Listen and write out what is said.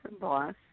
boss